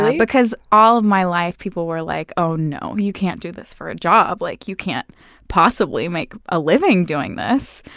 because all my life people were like, oh, no. you can't do this for a job. like you can't possibly make a living doing this.